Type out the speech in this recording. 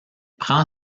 prend